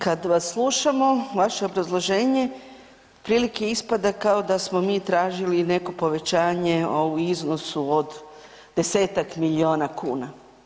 Kad vas slušamo, vaše obrazloženje otprilike ispada kao da smo mi tražili neko povećanje, a u iznosu od 10-tak milijona kuna.